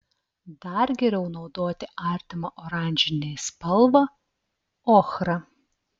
dar geriau naudoti artimą oranžinei spalvą ochrą